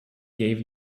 gave